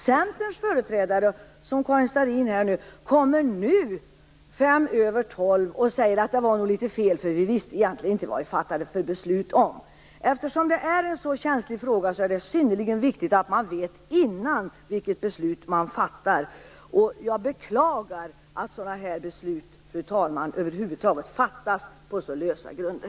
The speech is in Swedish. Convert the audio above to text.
Centerns företrädare, Karin Starrin, kommer nu, fem över tolv, och säger att det var litet fel för de visste egentligen inte vad det var för beslut de fattade. Eftersom detta är en så känslig fråga är det synnerligen viktigt att man vet innan vad det är för beslut man fattar. Jag beklagar, fru talman, att sådana beslut över huvud taget fattas på så lösa grunder.